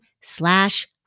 slash